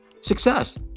success